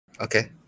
Okay